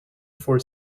for